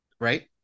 right